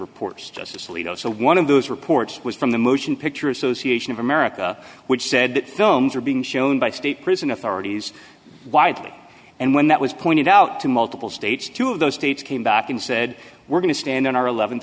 reports justice alito so one of those reports was from the motion picture association of america which said that films are being shown by state prison authorities widely and when that was pointed out to multiple states two of those states came back and said we're going to stand on our